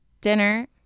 dinner